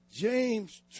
James